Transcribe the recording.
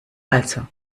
also